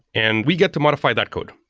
and we get to modify that code.